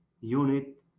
unit